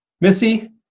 Missy